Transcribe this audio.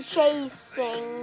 Chasing